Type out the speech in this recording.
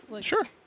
Sure